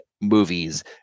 movies